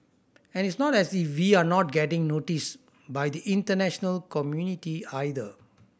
and it's not as if we're not getting noticed by the international community either